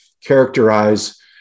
characterize